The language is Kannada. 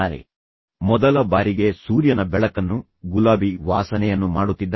ಅವರು ಸೂರ್ಯನ ಬೆಳಕನ್ನು ನೋಡಿದಂತೆ ಮೊದಲ ಬಾರಿಗೆ ಸೂರ್ಯನ ಬೆಳಕನ್ನು ನೋಡುತ್ತಾರೆ ಅವರು ಮೊದಲ ಬಾರಿಗೆ ಗುಲಾಬಿಯನ್ನು ವಾಸನೆ ಮಾಡುತ್ತಿದ್ದಾರೆ